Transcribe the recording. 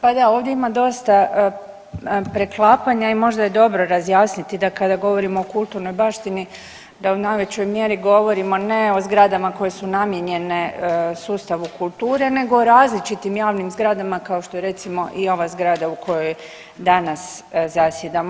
Pa da ovdje ima dosta preklapanja i možda je dobro razjasniti da kada govorimo o kulturnoj baštini da u najvećoj mjeri govorimo ne o zgradama koje su namijenjene sustavu kulture nego različitim javnim zgradama kao što je recimo i ova zgrada u kojoj danas zasjedamo.